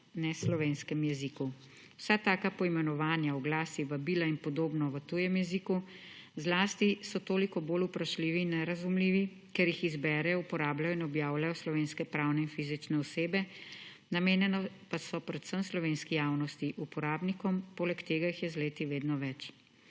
neslovenskem jeziku. Vsa taka poimenovanja, oglasi, vabila in podobno v tujem jeziku, zlasti so toliko bolj vprašljivi in nerazumljivi, ker jih izberejo, uporabljajo in objavljajo slovenske pravne in fizične osebe, namenjeni pa so predvsem slovenski javnosti, uporabnikom, poleg tega jih je z leti vedno več.